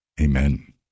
Amen